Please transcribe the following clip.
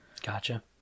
Gotcha